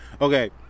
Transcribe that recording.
Okay